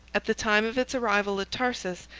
at the time of its arrival at tarsus,